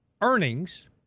earnings